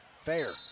Fair